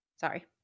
Sorry